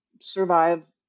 survive